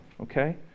okay